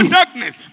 darkness